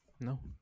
No